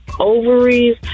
Ovaries